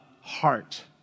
heart